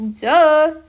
Duh